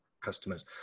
customers